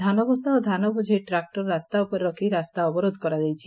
ଧାନବସ୍ତା ଓ ଧାନ ବୋଝେଇ ଟ୍ରାକୁର ରାସ୍ତା ଉପରେ ରଖ ରାସ୍ତା ଅବରୋଧ କରାଯାଇଛି